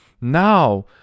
Now